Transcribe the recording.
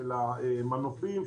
של המנופים,